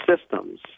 systems